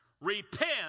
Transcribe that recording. repent